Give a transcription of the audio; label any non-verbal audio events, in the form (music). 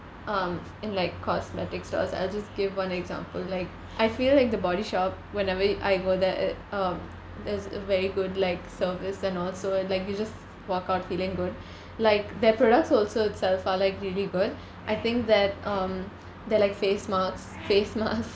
um in like cosmetics stores I'll just give one example like I feel like the bodyshop whenever I go there it um there's a very good like service and also like you just walk out feeling good (breath) like their products also itself are like really good I think that um their like face mask face mask